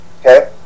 okay